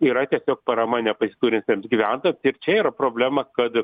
yra tiesiog parama nepasiturintiems gyventojams ir čia yra problemos kad